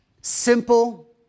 simple